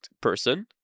person